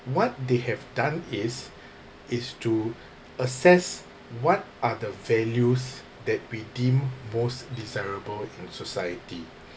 what they have done is is to assess what are the values that we deem most desirable in society